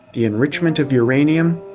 the enrichment of uranium.